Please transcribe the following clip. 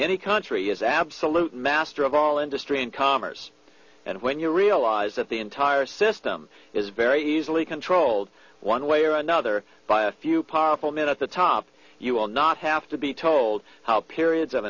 any country is absolute master of all industry and commerce and when you realize that the entire system is very easily controlled one way or another by a few powerful minutes the top you will not have to be told how periods of